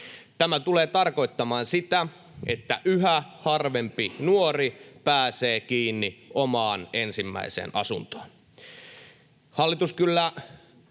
Tämä tulee tarkoittamaan sitä, että yhä harvempi nuori pääsee kiinni omaan ensimmäiseen asuntoon.